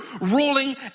ruling